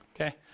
Okay